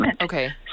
Okay